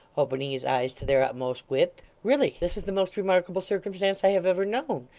opening his eyes to their utmost width really this is the most remarkable circumstance i have ever known.